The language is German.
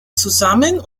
zusammen